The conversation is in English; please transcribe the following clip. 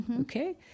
Okay